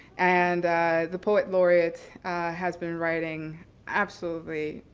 and the poet laureate has been writing absolutely